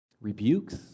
rebukes